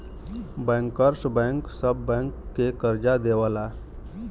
bankers bank सब bank के करजा देवला